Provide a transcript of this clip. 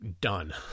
done